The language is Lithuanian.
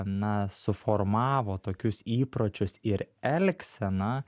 na suformavo tokius įpročius ir elgseną